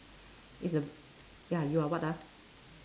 is a ya you are what ah